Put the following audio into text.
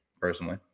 personally